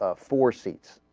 ah four seats